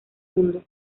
mundo